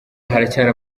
haracyari